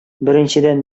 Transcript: беренчедән